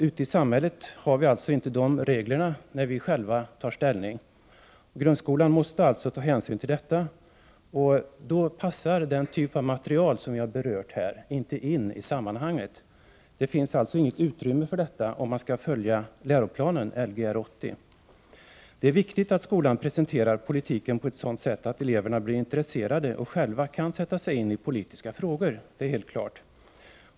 Ute i samhället finns inte dessa regler när vi själva tar ställning. Grundskolan måste ta hänsyn till detta. Då passar inte denna typ av material som vi har berört här in i sammanhanget. Det finns inget utrymme för det om man skall följa läroplanen Lgr 80. Det är viktigt att skolan presenterar politiken på ett sådant sätt att eleverna blir intresserade och själva kan sätta sig in i politiska frågor — det är helt klart.